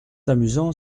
amusant